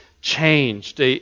changed